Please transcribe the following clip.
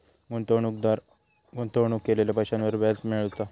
गुंतवणूकदार गुंतवणूक केलेल्या पैशांवर व्याज मिळवता